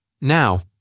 Now